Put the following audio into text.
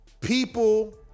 People